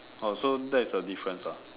oh so that's the difference ah